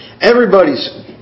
Everybody's